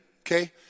okay